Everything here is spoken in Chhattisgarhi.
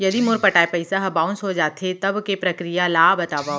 यदि मोर पटाय पइसा ह बाउंस हो जाथे, तब के प्रक्रिया ला बतावव